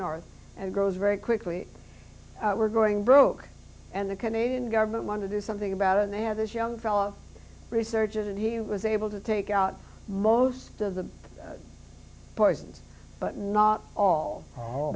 north and grows very quickly we're going broke and the canadian government want to do something about it and they have this young fella research it and he was able to take out most of the poisons but not all